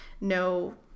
no